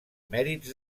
mèrits